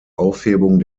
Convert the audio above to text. aufhebung